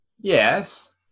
Yes